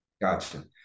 Gotcha